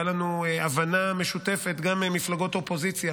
הייתה לנו הבנה משותפת גם עם מפלגות אופוזיציה